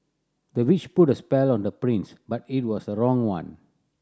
the witch put a spell on the prince but it was the wrong one